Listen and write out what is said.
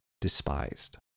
despised